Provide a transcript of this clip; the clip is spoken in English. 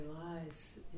lies